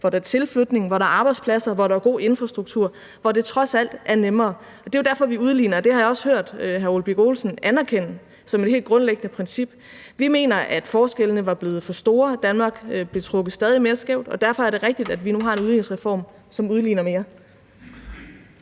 hvor der er tilflytning, hvor der er arbejdspladser, hvor der er god infrastruktur, og hvor det trods alt er nemmere. Det er jo derfor, vi udligner, og det har jeg også hørt hr. Ole Birk Olesen anerkende som et helt grundlæggende princip. Vi mener, at forskellene var blevet for store i Danmark, var blevet trukket stadig mere skævt, og derfor er det rigtigt, at vi nu har en udligningsreform, som udligner mere.